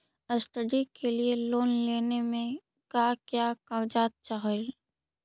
Study के लिये loan लेने मे का क्या कागजात चहोये?